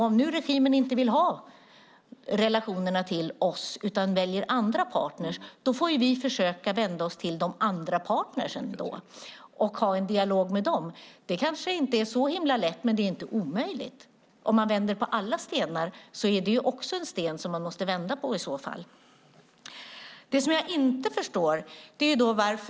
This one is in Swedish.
Om regimen inte vill ha relationer till oss utan väljer andra partner får vi försöka vända oss till dessa andra partner och ha en dialog med dem. Det är kanske inte så himla lätt, men det är inte omöjligt. Om man vänder på alla stenar är också det en sten man måste vända på. Det finns en sak jag inte förstår.